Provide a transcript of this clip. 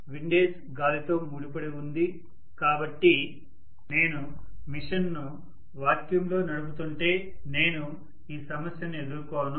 windage గాలితో ముడిపడి ఉంది కాబట్టి నేను మిషన్ ను వాక్యూమ్లో నడుపుతుంటే నేను ఈ సమస్యను ఎదుర్కోను